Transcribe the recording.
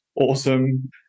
awesome